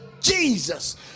Jesus